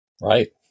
right